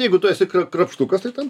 jeigu tu esi krapštukas tai ten